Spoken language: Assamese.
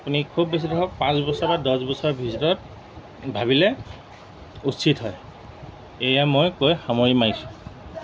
আপুনি খুব বেছি ধৰক পাঁচ বছৰ বা দহ বছৰ ভিতৰত ভাবিলে উচিত হয় এয়া মই কৈ সামৰণি মাৰিছোঁ